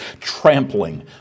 trampling